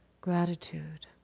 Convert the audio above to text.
gratitude